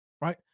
right